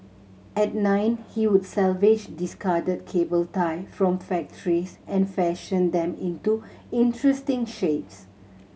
at nine he would salvage discarded cable tie from factories and fashion them into interesting shapes